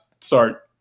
start